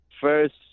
First